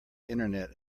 internet